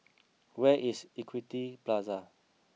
where is Equity Plaza